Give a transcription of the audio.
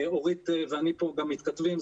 אורית ואני פה גם מתכתבים,